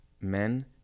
men